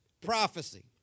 Prophecy